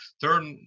third